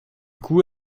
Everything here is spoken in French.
coup